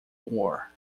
war